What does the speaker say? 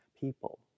People